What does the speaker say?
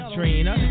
Trina